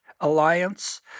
alliance